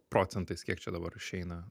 procentais kiek čia dabar išeina